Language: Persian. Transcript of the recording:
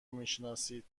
میشناسید